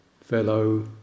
fellow